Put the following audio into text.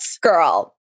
girl